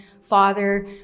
father